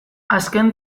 azken